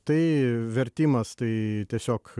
tai vertimas tai tiesiog